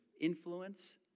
influence